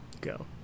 Go